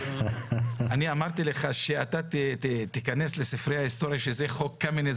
אני אמרתי לך שאתה תיכנס לספרי ההסטוריה שזה חוק קמיניץ